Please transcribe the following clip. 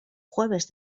jueves